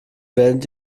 werdet